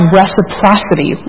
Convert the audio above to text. reciprocity